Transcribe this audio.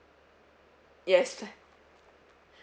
yes